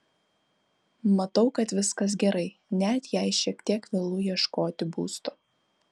matau kad viskas gerai net jei šiek tiek vėlu ieškoti būsto